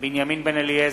בנימין בן-אליעזר,